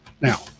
now